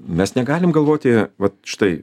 mes negalime galvoti vat štai